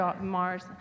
Mars